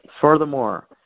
Furthermore